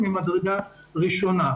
ממדרגה ראשון.